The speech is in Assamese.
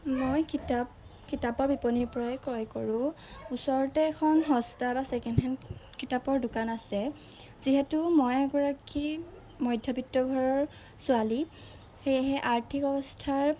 মই কিতাপ কিতাপৰ বিপনীৰ পৰাই ক্ৰয় কৰোঁ ওচৰতে এখন সস্তা বা ছেকেণ্ড হেণ্ড কিতাপৰ দোকান আছে যিহেতু মই এগৰাকী মধ্যবিত্ত ঘৰৰ ছোৱালী সেয়েহে আৰ্থিক অৱস্থাৰ